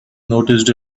noticed